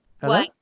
hello